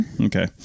Okay